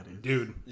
dude